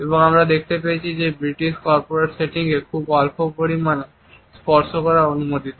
এবং আমরা দেখতে পেয়েছি যে ব্রিটিশ কর্পোরেট সেটিংয়ে খুব অল্প পরিমাণে স্পর্শ করা অনুমোদিত